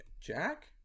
Jack